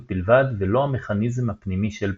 בלבד ולא המכניזם הפנימי של פעולתו.